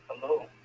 Hello